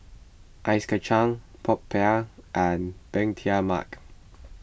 Ice Kacang Popiah and Bee Tai Mak